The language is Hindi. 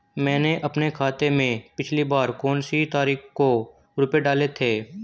मैंने अपने खाते में पिछली बार कौनसी तारीख को रुपये डाले थे?